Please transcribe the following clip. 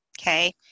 okay